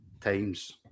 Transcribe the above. times